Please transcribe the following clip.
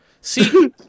see